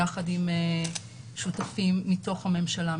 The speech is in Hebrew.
יחד עם שותפים מתוך הממשלה,